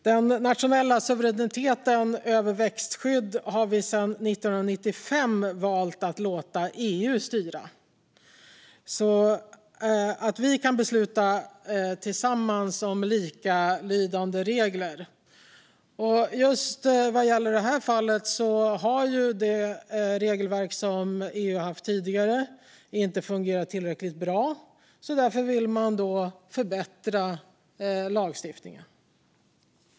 Den nationella suveräniteten gällande växtskydd har vi sedan 1995 valt att låta EU styra så att vi tillsammans kan besluta om likalydande regler. Just vad gäller det här fallet har det regelverk som EU tidigare haft inte fungerat tillräckligt bra, och därför vill man förbättra lagstiftningen.